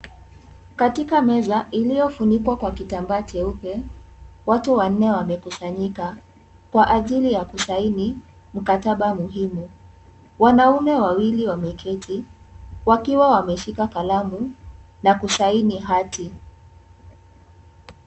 Katika meza iliyofunikwa kwa kitambaa cheupe watu wanne wamekusanyika kwa ajili ya kusaini mkataba muhimu. Wanaume wawili wameketi wakiwa wameshika kalamu na kusaini hati.